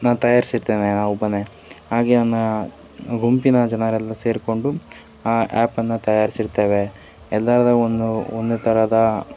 ನಾನು ತಯಾರಿಸಿರ್ತೇನೆ ನಾನು ಒಬ್ಬನೆ ಹಾಗೆ ನನ್ನ ಗುಂಪಿನ ಜನರೆಲ್ಲ ಸೇರಿಕೊಂಡು ಆ ಆ್ಯಪನ್ನು ತಯಾರಿಸಿರ್ತೇವೆ ಎಲ್ಲರವನ್ನು ಒಂದು ಥರದ